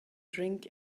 drink